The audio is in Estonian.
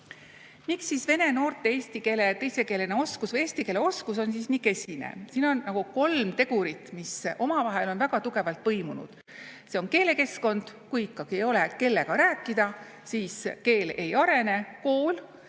Miks siis vene noorte eesti keele teise keelena oskus, eesti keele oskus on nii kesine? Siin on kolm tegurit, mis omavahel on väga tugevalt põimunud. Keelekeskkond: kui ikkagi ei ole, kellega rääkida, siis keel ei arene. Kool: